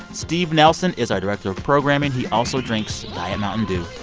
steve nelson is our director of programming. he also drinks diet mountain dew.